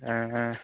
অঁ অঁ